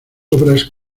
obras